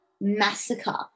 Massacre